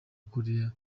koreya